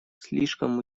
слишком